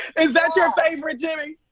is that your favorite, jimmy?